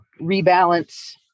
rebalance